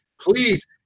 Please